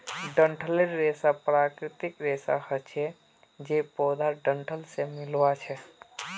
डंठलेर रेशा प्राकृतिक रेशा हछे जे पौधार डंठल से मिल्आ छअ